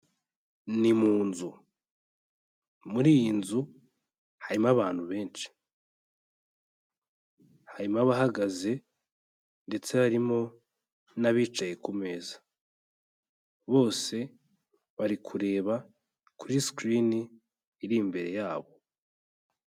Ni mu nzu, muri iyi nzu harimo abantu benshi, harimo abahagaze ndetse harimo n'abicaye ku meza, bose bari kureba kuri screen iri imbere yabo.